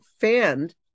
fanned